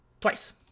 twice